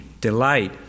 delight